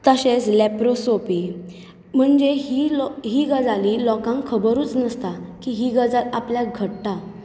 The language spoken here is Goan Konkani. तशेंच लॅप्रोसोपी म्हणजे ही लोक ही गजाली लोकांक खबरूच नासता की ही गजाल आपल्याक घडटा